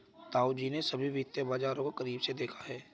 ताऊजी ने सभी वित्तीय बाजार को करीब से देखा है